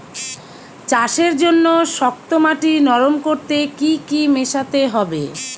চাষের জন্য শক্ত মাটি নরম করতে কি কি মেশাতে হবে?